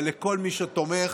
ולכל מי שתומך.